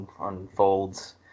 unfolds